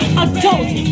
adults